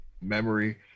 memory